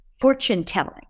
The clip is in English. fortune-telling